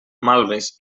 malves